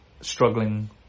struggling